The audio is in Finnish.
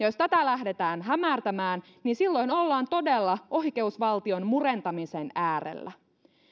jos tätä lähdetään hämärtämään niin silloin ollaan todella oikeusvaltion murentamisen äärellä